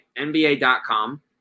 NBA.com